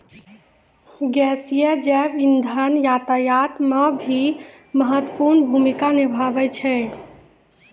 गैसीय जैव इंधन यातायात म भी महत्वपूर्ण भूमिका निभावै छै